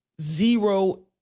zero